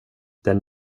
den